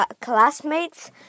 classmates